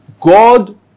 God